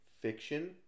fiction